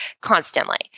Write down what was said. constantly